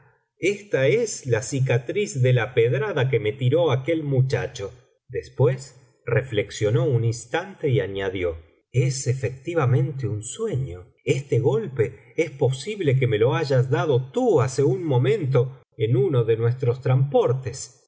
esta es la cicatriz de la pedrada que me tiró aquel muchacho después reflexionó un instante y añadió es efectivamente un sueño este golpe es posible que me lo hayas dado tú hace un momento en uno de nuestros transportes